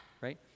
right